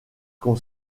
qu’on